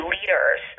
leaders